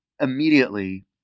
immediately